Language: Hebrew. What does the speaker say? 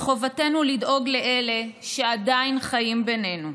מחובתנו לדאוג לאלה שעדיין חיים בינינו.